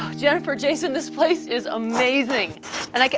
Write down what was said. jennifer jason this place is amazing and like